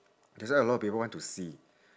that's why a lot of people want to see